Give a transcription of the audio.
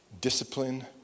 discipline